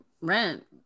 rent